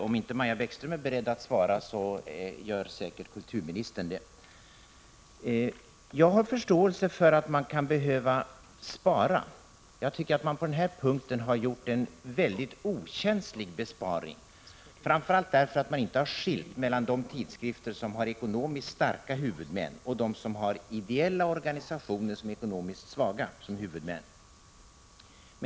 Om inte Maja Bäckström är beredd att svara, gör säkert kulturministern det. Jag har förståelse för att man kan behöva spara, men jag tycker att man på den här punkten har gjort en väldigt olycklig besparing, framför allt därför att man inte har skilt mellan de tidskrifter som har ekonomiskt starka huvudmän och de som har ideella organisationer, som är ekonomiskt svaga, som huvudmän.